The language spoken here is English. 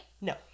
No